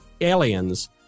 aliens